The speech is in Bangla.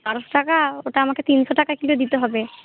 বারোশো টাকা ওটা আমাকে তিনশো টাকা কিলো দিতে হবে